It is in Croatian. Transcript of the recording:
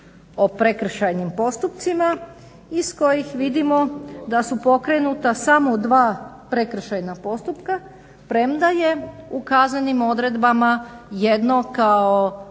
o prekršajnim postupcima iz kojih vidimo da su pokrenuta samo dva prekršajna postupka premda je ukazanim odredbama jedno kao